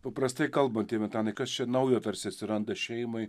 paprastai kalbant tėve antanai kas čia naujo tarsi atsiranda šeimai